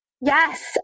Yes